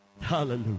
Hallelujah